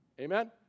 Amen